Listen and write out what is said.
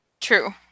True